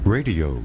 Radio